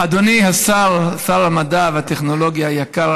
אדוני שר המדע והטכנולוגיה היקר,